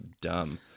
dumb